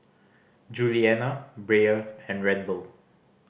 Julianna Brea and Randle